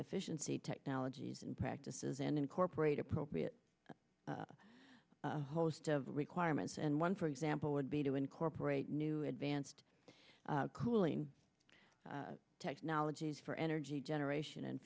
efficiency technologies and practices and incorporate appropriate a host of requirements and one for example would be to incorporate new advanced cooling technologies for energy generation and